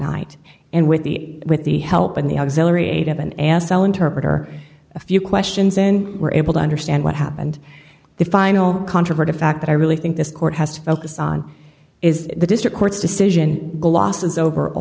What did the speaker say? night and with the with the help and the auxilary ativan and cell interpreter a few questions and were able to understand what happened the final controvert a fact that i really think this court has to focus on is the district court's decision glosses over a